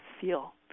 feel